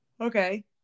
Okay